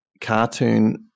cartoon